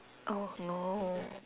oh no